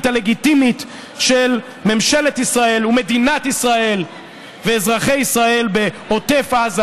הלגיטימית של ממשלת ישראל ומדינת ישראל ואזרחי ישראל בעוטף עזה